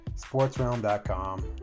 sportsrealm.com